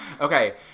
Okay